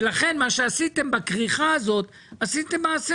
ולכן מה שעשיתם בכריכה הזאת עשיתם מעשה